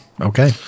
okay